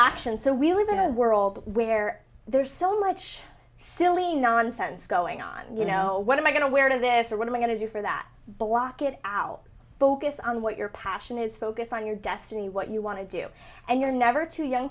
distraction so we live in a world where there's so much silly nonsense going on you know am i going to wear to this or what i'm going to do for that but walk it out focus on what your passion is focus on your destiny what you want to do and you're never too young